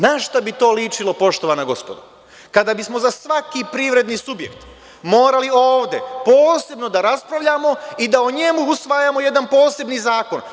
Na šta bi to ličilo, poštovana gospodo, kada bismo za svaki privredni subjekt morali ovde posebno da raspravljamo i da o njemu usvajamo jedan posebni zakon?